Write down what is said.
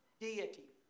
deity